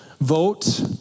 vote